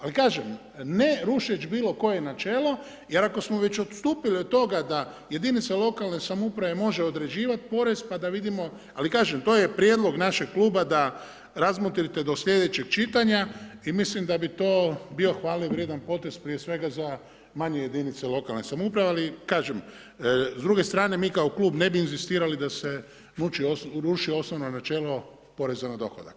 Ali kažem, ne rušeći bilokoje načelo jer ako smo već odstupili od toga da jedinica lokalne samouprave može određivati porez pa da vidimo, ali kažem, to je prijedlog našeg kluba da razmotrite do slijedećeg čitanja i mislim da bi to bio hvalevrijedan potez prije svega za manje jedinice lokalne samouprave ali kažem, s druge strane mi kao klub ne bi inzistirali da se rupi osnovno načelo poreza na dohodak.